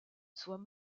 soient